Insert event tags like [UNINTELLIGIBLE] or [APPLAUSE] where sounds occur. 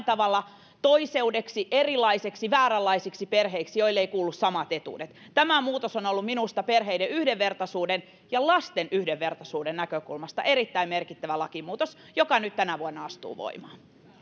[UNINTELLIGIBLE] tavalla toiseudeksi erilaiseksi vääränlaisiksi perheiksi joille eivät kuulu samat etuudet tämä muutos on ollut minusta perheiden yhdenvertaisuuden ja lasten yhdenvertaisuuden näkökulmasta erittäin merkittävä lakimuutos joka nyt tänä vuonna astuu voimaan